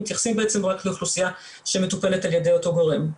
מתייחסים רק לאוכלוסייה שמטופלת על ידי אותו גורם.